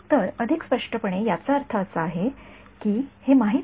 तर अधिक स्पष्टपणे याचा अर्थ असा आहे की हे माहित आहे